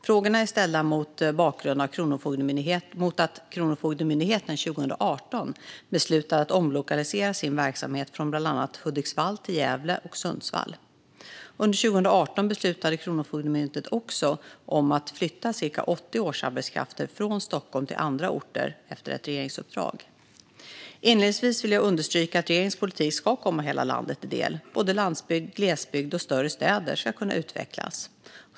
Frågorna är ställda mot bakgrund av att Kronofogdemyndigheten 2018 beslutade att omlokalisera sin verksamhet från bland annat Hudiksvall till Gävle och Sundsvall. Under 2018 beslutade Kronofogdemyndigheten också, efter ett regeringsuppdrag, att flytta ca 80 årsarbetskrafter från Stockholm till andra orter. Inledningsvis vill jag understryka att regeringens politik ska komma hela landet till del; såväl landsbygd och glesbygd som större städer ska kunna utvecklas.